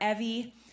Evie